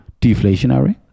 deflationary